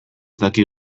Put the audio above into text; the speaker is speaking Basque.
daki